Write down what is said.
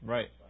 Right